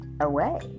away